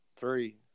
Three